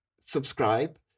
subscribe